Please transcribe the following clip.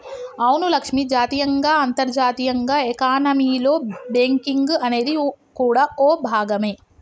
అవును లక్ష్మి జాతీయంగా అంతర్జాతీయంగా ఎకానమీలో బేంకింగ్ అనేది కూడా ఓ భాగమే